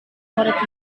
murid